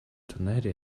tornado